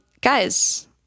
guys